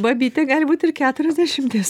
babytė gali būt ir keturiasdešimties